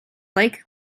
like